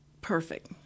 perfect